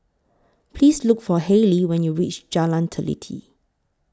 Please Look For Hailey when YOU REACH Jalan Teliti